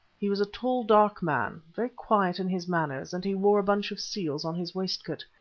he was a tall, dark man, very quiet in his manners, and he wore a bunch of seals on his waistcoat.